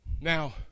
Now